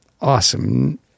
awesome